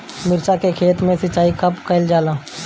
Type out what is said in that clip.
मिर्चा के खेत में सिचाई कब कइल जाला?